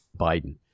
Biden